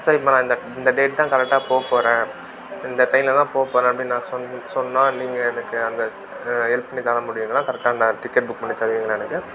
sir இப்போ நான் இந்த இந்த டேட் தான் கரெட்டாக போகப் போகிறேன் இந்த ட்ரெயினில் தான் போகப் போகிறேன் அப்படின்னு நான் சொன் சொன்னால் நீங்கள் எனக்கு அந்த ஹெல்ப் பண்ணித் தர முடியுங்களா கரெட்டாக அந்த டிக்கெட் புக் பண்ணித் தருவீங்களா எனக்கு